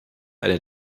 eine